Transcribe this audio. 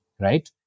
Right